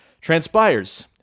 transpires